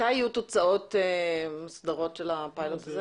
מתי תהיינה תוצאות מוסדרות של הפיילוט?